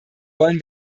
wollen